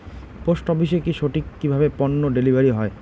Post অফিসে কি সঠিক কিভাবে পন্য ডেলিভারি হয়?